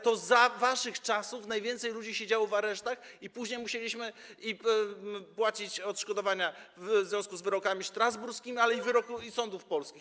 To za waszych czasów najwięcej ludzi siedziało w aresztach, a później musieliśmy im płacić odszkodowania w związku z wyrokami strasburskimi i sądów polskich.